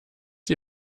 sie